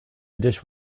dish